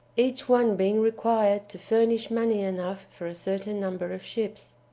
each one being required to furnish money enough for a certain number of ships.